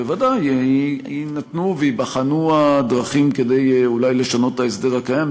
בוודאי יינתנו וייבחנו הדרכים כדי אולי לשנות את ההסדר הקיים.